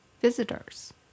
visitors